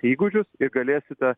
įgūdžius ir galėsite